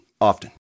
often